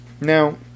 Now